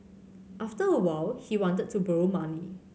after a while he wanted to borrow money